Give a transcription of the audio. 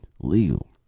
legal